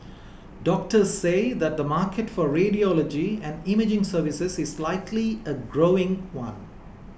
doctors say that the market for radiology and imaging services is likely a growing one